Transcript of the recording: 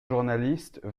journaliste